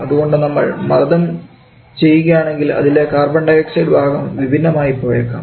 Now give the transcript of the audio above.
അതുകൊണ്ട് നമ്മൾ മർദ്ദം ചെയ്യുകയാണെങ്കിൽ ഇതിലെ കാർബൺഡയോക്സൈഡ് ഭാഗം വിഭിന്നമായി പോയേക്കാം